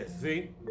See